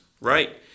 right